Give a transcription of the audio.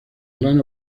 gran